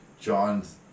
John's